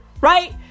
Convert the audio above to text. right